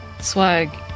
Swag